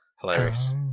Hilarious